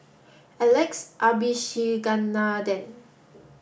Alex Abisheganaden